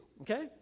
okay